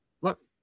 look